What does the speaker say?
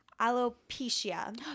alopecia